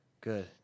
good